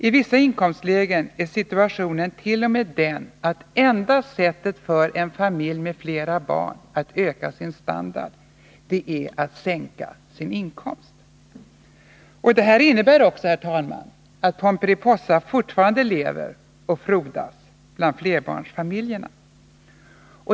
I vissa inkomstlägen är situationen t.o.m. den att enda sättet för en familj med flera barn att öka sin standard är att sänka sin inkomst. Det innebär också, herr talman, att Pomperipossa fortfarande lever och frodas bland flerbarnsfamiljerna.